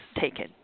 taken